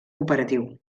operatiu